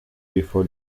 before